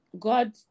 God